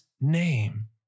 name